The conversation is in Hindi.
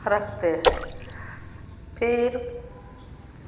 रखते हैं फिर